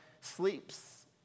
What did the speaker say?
sleeps